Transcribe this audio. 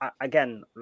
Again